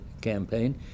campaign